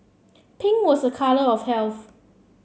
pink was a colour of health